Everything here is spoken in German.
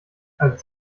als